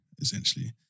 essentially